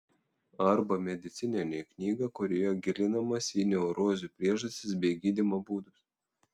arba medicininę knygą kurioje gilinamasi į neurozių priežastis bei gydymo būdus